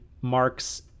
marks